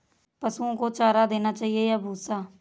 पशुओं को चारा देना चाहिए या भूसा?